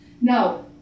now